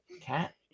Cat